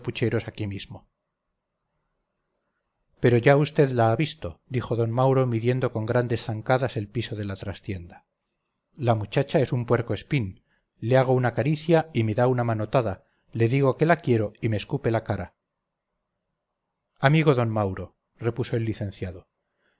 aquí mismo pero ya vd la ha visto dijo d mauro midiendo con grandes zancadas el piso de la trastienda la muchacha es un puerco espín le hago una caricia y me da una manotada le digo que la quiero y me escupe la cara amigo d mauro repuso el licenciado